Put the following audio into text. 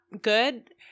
good